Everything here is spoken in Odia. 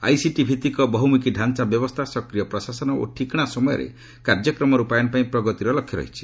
ଆଇସିଟି ଭିତ୍ତିକ ବହୁମୁଖୀ ତାଞ୍ଚା ବ୍ୟବସ୍ଥା ସକ୍ରିୟ ପ୍ରଶାସନ ଓ ଠିକଣା ସମୟରେ କାର୍ଯ୍ୟକ୍ରମ ରୂପାୟନ ପାଇଁ ପ୍ରଗତିର ଲକ୍ଷ୍ୟ ରହିଛି